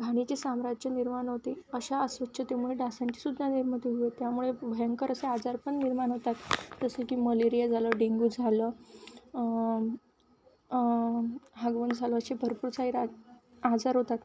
घाणीचे साम्राज्य निर्माण होती अशा अस्वच्छतेमुळे डासांचीसुद्धा निर्मती होते त्यामुळे भयंकर असे आजार पण निर्माण होतात जसं की मलेरिया झालं डेंगू झालं हगवण झालं असे भरपूर सारे आजार होतात